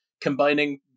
combining